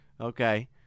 Okay